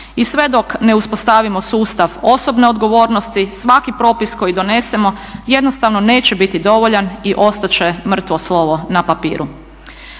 I sve dok ne uspostavimo sustav osobne odgovornosti svaki propis koji donesemo jednostavno neće biti dovoljan i ostat će mrtvo slovo na papiru.